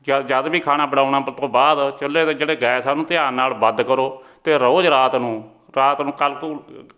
ਜਦ ਜਦ ਵੀ ਖਾਣਾ ਬਣਾਉਣਾ ਤ ਤੋਂ ਬਾਅਦ ਚੁੱਲ੍ਹੇ ਦੇ ਜਿਹੜੇ ਗੈਸ ਆ ਉਹਨੂੰ ਧਿਆਨ ਨਾਲ ਬੰਦ ਕਰੋ ਅਤੇ ਰੋਜ਼ ਰਾਤ ਨੂੰ ਰਾਤ ਨੂੰ ਕੱਲ੍ਹ ਕੂ